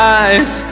eyes